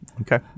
Okay